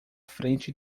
frente